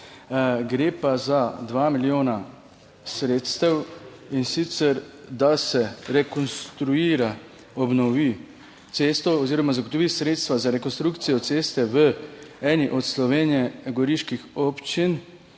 Gre pa za dva milijona sredstev, in sicer da se rekonstruira, obnovi cesto oziroma zagotovi sredstva za rekonstrukcijo ceste v eni od goriških občin,